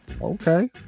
Okay